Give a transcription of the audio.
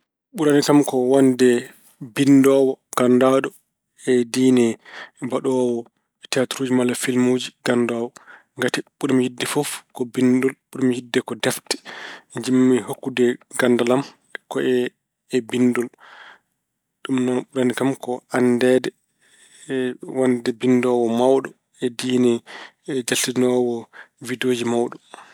Ɓurani kam ko wonde binndoowo ganndaaɗo e diine mbaɗoowo tiyatiruuji walla filmuuji ganndaaɗo. Ngati ɓur-mi yiɗde fof ko binndol, ɓurmi yiɗde ko defte. Jiɗmi hokkude ganndal am ko e binndol. Ɗum ɓurani kam ko anndeede e wonde binndoowo mawɗo e diine jaltinoowo widooji mawɗo.